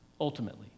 ultimately